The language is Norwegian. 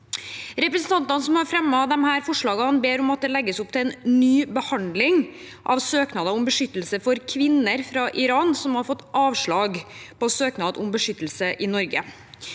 Representantene som har fremmet disse forslagene, ber om at det legges opp til en ny behandling av søknader om beskyttelse for kvinner fra Iran som har fått avslag på søknad om beskyttelse i Norge.